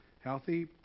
Healthy